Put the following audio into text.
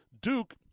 Duke